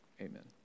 Amen